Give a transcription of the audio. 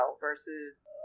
versus